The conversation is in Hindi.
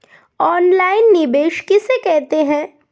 ऑनलाइन निवेश किसे कहते हैं?